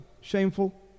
Shameful